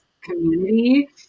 community